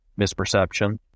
misperception